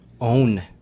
own